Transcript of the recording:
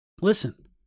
Listen